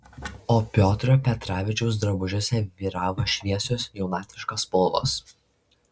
o piotro petravičiaus drabužiuose vyravo šviesios jaunatviškos spalvos